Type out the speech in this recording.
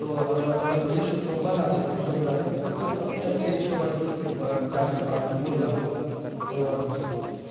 তো আমা আমি আমার নিজস্ব দোকান আছে ফটোগ্রাফের তো আমি আর কি এইসব আর কি জানি বা আর কি বললাম তো আর কি সবই